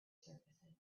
surfaces